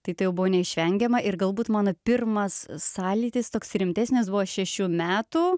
tai tai jau buvo neišvengiama ir galbūt mano pirmas sąlytis toks rimtesnis buvo šešių metų